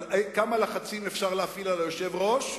על כמה לחצים אפשר להפעיל על היושב-ראש,